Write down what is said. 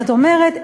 זאת אומרת,